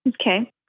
Okay